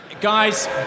Guys